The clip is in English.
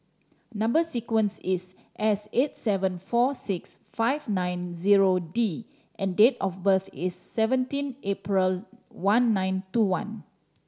number sequence is S eight seven four six five nine zero D and date of birth is seventeen April one nine two one